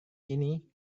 ini